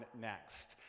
next